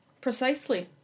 Precisely